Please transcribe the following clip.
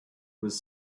was